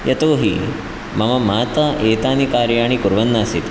यतो हि मम माता एतानि कार्याणि कुर्वन् आसीत्